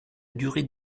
durée